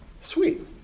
sweet